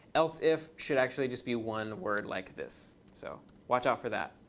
elseif should actually just be one word like this. so watch out for that.